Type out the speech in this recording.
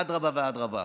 אדרבה ואדרבה,